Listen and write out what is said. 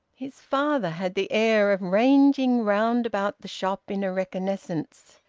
his father had the air of ranging round about the shop in a reconnaissance,